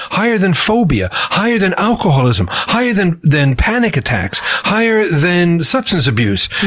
higher than phobia, higher than alcoholism, higher than than panic attacks. higher than substance abuse.